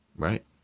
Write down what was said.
right